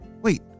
wait